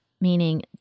meaning